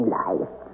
life